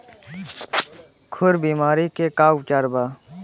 खुर बीमारी के का उपचार बा?